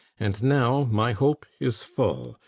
and now my hope is full,